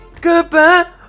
Goodbye